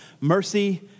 mercy